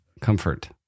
Comfort